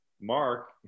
Mark